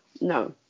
No